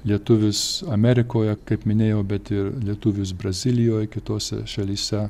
lietuvius amerikoje kaip minėjau bet ir lietuvius brazilijoj kitose šalyse